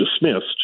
dismissed